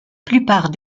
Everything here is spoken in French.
plupart